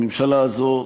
הממשלה הזאת,